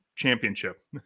championship